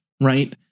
right